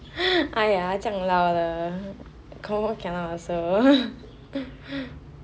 !aiya! 这样老了 confirm cannot also